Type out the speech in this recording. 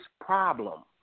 problem